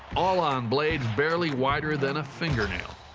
all on blades barely wider than a fingernail.